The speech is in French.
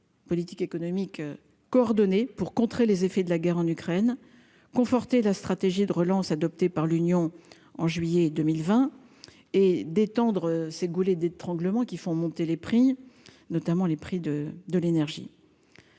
politique économique coordonnée pour contrer les effets de la guerre en Ukraine conforter la stratégie de relance adoptées par l'Union en juillet 2020 et d'étendre ces goulets d'étranglement qui font monter les prix, notamment les prix de de l'énergie.